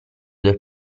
del